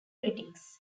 critics